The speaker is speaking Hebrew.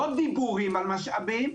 לא דיבורים על משאבים,